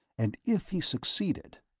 and if he succeeded,